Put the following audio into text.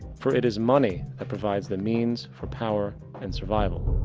for it is money that provides the means for power and survival.